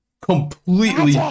Completely